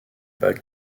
bat